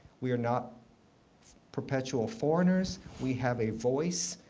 we are not perpetual foreigners. we have a voice.